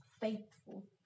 faithful